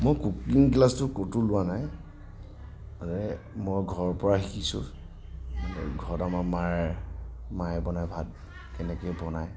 মই কুকিং ক্লাছটো ক'তো লোৱা নাই মানে মই ঘৰৰ পৰা শিকিছোঁ ঘৰত আমাৰ মাৰ মায়ে বনাই ভাত এনেকে বনায়